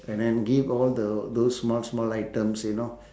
and then give all the those small small items you know